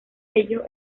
ello